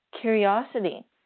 curiosity